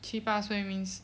七八岁 means